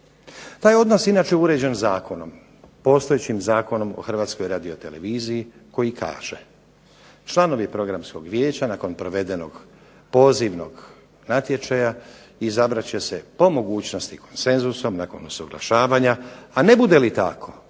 Taj odnos je inače uređen postojećim Zakonom o HRT-u koji kaže: "Članovi Programskog vijeća nakon provedenog pozivnog natječaja izabrat će po mogućnosti konsenzusom nakon usuglašavanja, a ne bude li tako